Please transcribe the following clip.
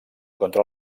contra